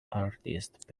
artist